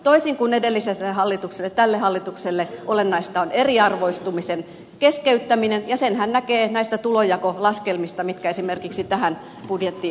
toisin kuin edelliselle hallitukselle tälle hallitukselle olennaista on eriarvoistumisen keskeyttäminen ja senhän näkee näistä tulonjakolaskelmista mitkä esimerkiksi tähän budjettiin liittyvät